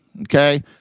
Okay